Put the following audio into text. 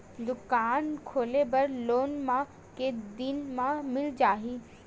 दुकान खोले बर लोन मा के दिन मा मिल जाही?